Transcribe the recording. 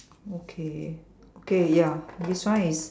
okay okay ya this one is